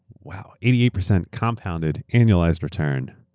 wow, eighty eight percent compounded annualized return.